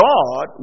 God